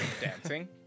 dancing